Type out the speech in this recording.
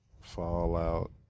Fallout